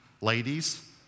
ladies